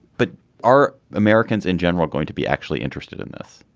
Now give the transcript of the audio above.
but are americans in general going to be actually interested in this.